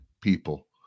people